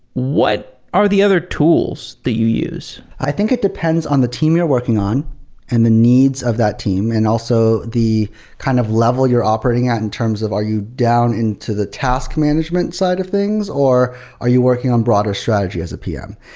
what are the other tools that you use? i think it depends on the team you're working on and the needs of that team and also the kind of level you're operating at, in terms of are you down into the task management side of things, or are you working on broader strategy as a pm?